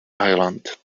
island